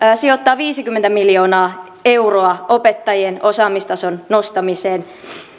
sijoittaa viisikymmentä miljoonaa euroa opettajien osaamistason nostamiseen